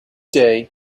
day